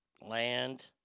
Land